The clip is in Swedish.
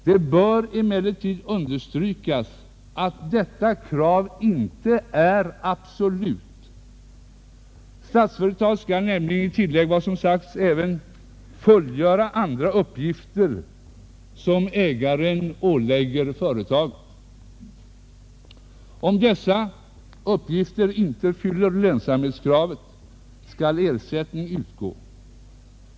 Det bör emellertid understrykas att detta krav inte är absolut. Statsföretag skall nämligen utöver vad som nu angivits även fullgöra andra uppgifter, som ägaren ålägger företagen. Om dessa uppgifter inte fyller lönsamhetskraven, skall ersättning utgå.